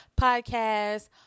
podcast